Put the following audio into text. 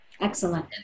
Excellent